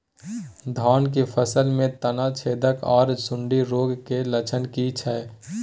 धान की फसल में तना छेदक आर सुंडी रोग के लक्षण की छै?